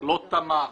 לא תמך,